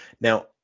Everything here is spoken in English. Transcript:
now